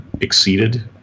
exceeded